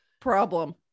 problem